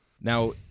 Now